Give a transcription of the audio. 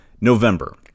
November